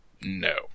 No